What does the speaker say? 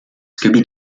scooby